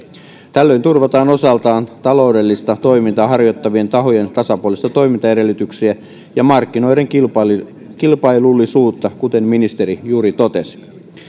tällöin turvataan osaltaan taloudellista toimintaa harjoittavien tahojen tasapuolisia toimintaedellytyksiä ja markkinoiden kilpailullisuutta kilpailullisuutta kuten ministeri juuri totesi